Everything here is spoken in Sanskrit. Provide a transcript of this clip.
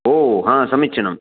ओ हा समीचीनं